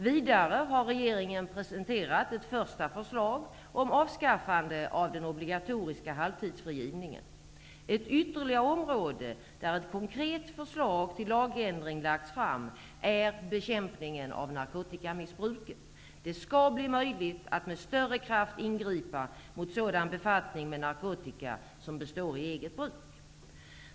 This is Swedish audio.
Vidare har regeringen presenterat ett första förslag om avskaffande av den obligatoriska halvtidsfrigivningen. Ett ytterligare område där ett konkret förslag till lagändring lagts fram är bekämpningen av narkotikamissbruket. Det skall bli möjligt att med större kraft ingripa mot sådan befattning med narkotika som består i eget bruk.